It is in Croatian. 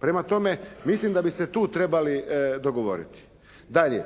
Prema tome mislim da bismo se tu trebali dogovoriti. Dalje,